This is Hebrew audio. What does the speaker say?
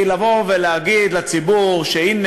כי לבוא ולהגיד לציבור שהנה,